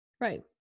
Right